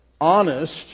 honest